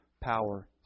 power